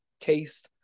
taste